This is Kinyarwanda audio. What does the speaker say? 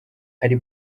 ari